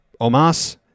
Omas